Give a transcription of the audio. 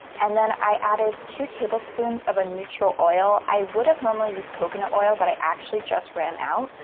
and then i added two tablespoons of a neutral oil. i would've normally used coconut oil, but i actually just ran out,